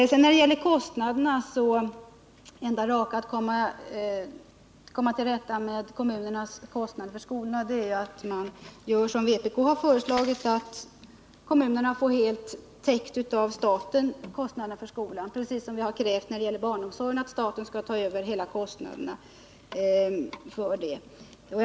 Vad gäller kommunernas kostnader för skolan och hur man skall komma till rätta med dessa är ju det enda raka att göra som vpk har föreslagit, dvs. låta kommunerna få kostnaderna för skolan helt täckta av staten. Det är vad vi också krävt när det gäller barnomsorgen, nämligen att staten skall ta över alla kostnader för denna.